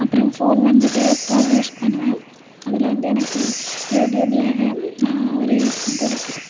அப்பறோம் ஃபோன் வந்துட்டு phone use பண்ணுவேன் அதில் வந்து எனக்கு யூடியுப்ல நான் ஒரு இது இருக்குது